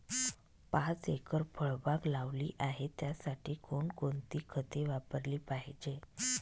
पाच एकर फळबाग लावली आहे, त्यासाठी कोणकोणती खते वापरली पाहिजे?